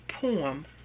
poem